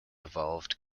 evolved